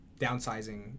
downsizing